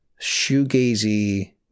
shoegazy